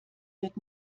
wird